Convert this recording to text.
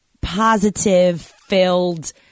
positive-filled